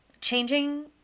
Changing